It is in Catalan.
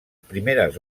primeres